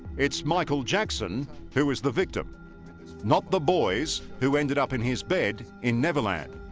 it's michael jackson who is the victim not the boys who ended up in his bed in neverland?